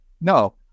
No